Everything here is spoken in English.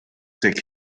take